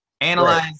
analyze